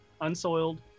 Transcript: unsoiled